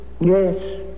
Yes